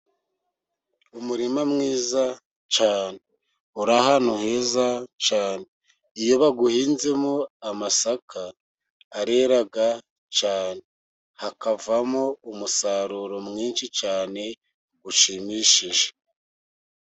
Umurima mwiza cyane, uri ahantu heza cyane, iyo bawuhinzemo amasaka arera cyane, havamo umusaruro mwinshi cyane ushimishije.